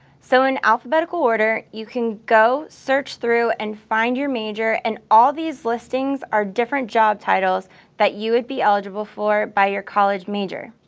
so, in alphabetical order, you can go search through, and find your major and all of these listings are different job titles that you would be eligible for by your college major.